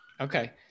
Okay